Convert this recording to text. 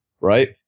Right